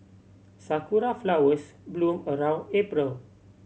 sakura flowers bloom around April